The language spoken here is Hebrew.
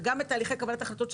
וגם בתהליכי קבלת החלטות,